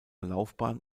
laufbahn